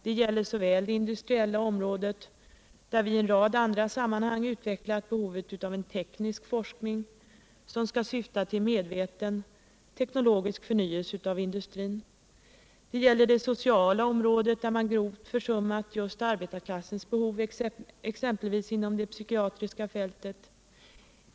Detta gäller det industriella området, där vi i en rad andra sammanhang utvecklat behovet av en teknisk forskning som skall syfta till medveten teknologisk förnyelse av industrin, och det gäller det sociala området, där man grovt försummat just arbetarklassens behov exempelvis inom det psykiatriska fältet.